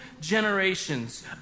generations